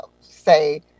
say